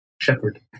Shepherd